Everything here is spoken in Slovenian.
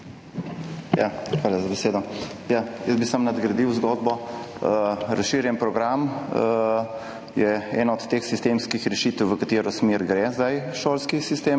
Hvala za besedo. Jaz bi samo nadgradil zgodbo. Razširjen program je ena od teh sistemskih rešitev, v katero smer gre zdaj šolski sistem,